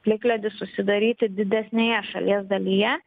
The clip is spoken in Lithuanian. plikledis susidaryti didesnėje šalies dalyje